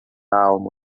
alma